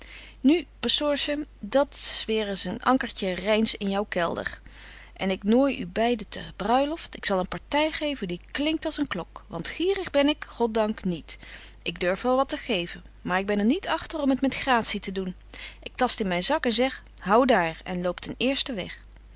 nu pastoorsche dat's weer een ankertje rynsch in jou kelder en ik nooi u beide te bruiloft ik zal een party geven die klinkt als een klok want gierig ben ik god dank niet ik durf wel wat geven maar ik ben er niet agter om het met gratie te doen ik tast in myn zak en zeg hou daar en loop ten eersten weg